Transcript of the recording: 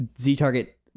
Z-target